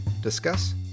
discuss